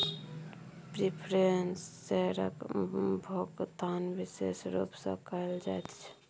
preference शेयरक भोकतान बिशेष रुप सँ कयल जाइत छै